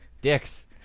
dicks